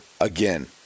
again